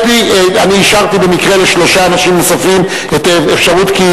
אישרתי במקרה לשלושה אנשים נוספים את האפשרות,